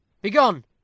Begone